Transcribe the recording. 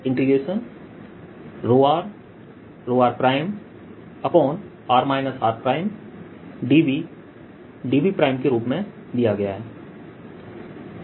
dVdV के रूप में दिया गया है